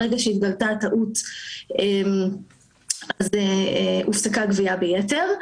ברגע שהתגלתה הטעות אז הופסקה הגבייה ביתר,